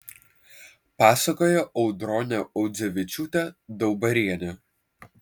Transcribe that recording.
pasakojo audronė audzevičiūtė daubarienė